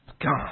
God